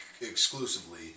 exclusively